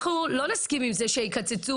אנחנו לא נסכים שיקצצו.